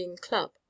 club